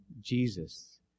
Jesus